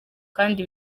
kandi